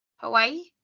Hawaii